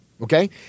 okay